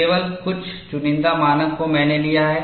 केवल कुछ चुनिंदा मानक को मैंने लिया है